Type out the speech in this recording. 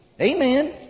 Amen